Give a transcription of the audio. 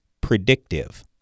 predictive